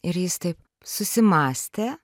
ir jis taip susimąstė